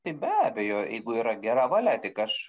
tai be abejo jeigu yra gera valia tik aš